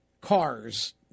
cars